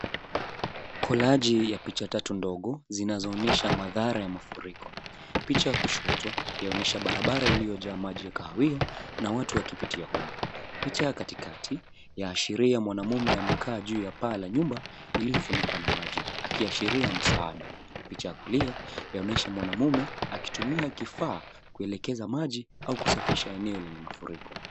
Kolaji ya picha tatu ndogo zinazoonyesha madhara ya mafuriko. Picha ya kushoto yaonyesha barabara iliyojaa maji ya kahawia na watu wakipitia humo. Picha ya katikati yaashiria mwanamume amekaa juu ya paa la nyumba iliyofunikwa na maji akiashiria msaada. Picha ya kulia yaonyesha mwanamume akitumia kifaa kuelekeza maji au kusafisha eneo lenye mafuriko.